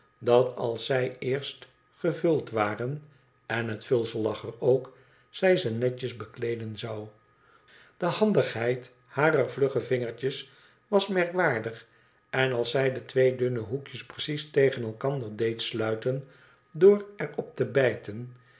dat als zij eerst gevuld waren en het vulsel lag er ook zij ze netjes bekleeden zou de handigheid harer vlugge vingertjes was merkwaardig en als zij de twee dunne hoekjes preaes tegen elkander deed sluiten door er op te bijten